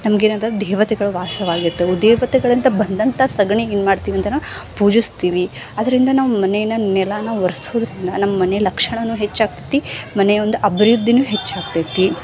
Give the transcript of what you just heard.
ನಮಗೆ ಏನಂತಂದ್ರೆ ದೇವತೆಗಳು ವಾಸವಾಗಿರ್ತವು ದೇವತೆಗಳಂತ ಬಂದಂಥ ಸಗಣಿ ಏನು ಮಾಡ್ತೀವೆಂದ್ರೆ ಪೂಜಿಸ್ತೀವಿ ಅದರಿಂದ ನಾವು ಮನೇನ ನೆಲಾನ ವರ್ಸುದರಿಂದ ನಮ್ಮನೆಯ ಲಕ್ಷಣನು ಹೆಚ್ಚಾಗ್ತೈತಿ ಮನೆಯ ಒಂದು ಅಭಿವೃದ್ಧಿನು ಹೆಚ್ಚಾಗ್ತೈತಿ